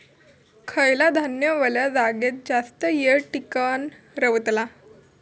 खयला धान्य वल्या जागेत जास्त येळ टिकान रवतला?